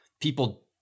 people